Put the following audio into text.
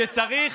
שצריך,